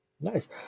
Nice